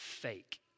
fake